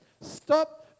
Stop